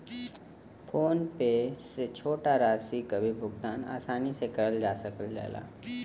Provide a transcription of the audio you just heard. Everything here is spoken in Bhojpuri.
फोन पे से छोटा राशि क भी भुगतान आसानी से करल जा सकल जाला